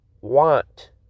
want